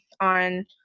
on